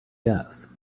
gas